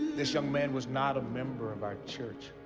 this young man was not a member of our church,